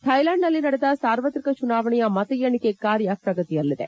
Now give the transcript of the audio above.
ಥ್ಲೆಲ್ಲಾಂಡ್ನಲ್ಲಿ ನಡೆದ ಸಾರ್ವತ್ರಿಕ ಚುನಾವಣೆಯ ಮತ ಎಣಿಕೆ ಕಾರ್ಯ ಪ್ರಗತಿಯಲ್ಲಿದೆ